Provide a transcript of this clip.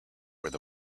where